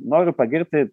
noriu pagirti